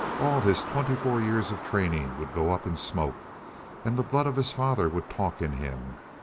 all his twenty-four years of training would go up in smoke and the blood of his father would talk in him.